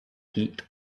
heat